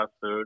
food